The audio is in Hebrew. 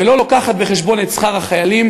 ולא מביאה בחשבון את שכר החיילים,